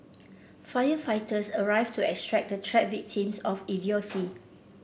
firefighters arrived to extract the trapped victims of idiocy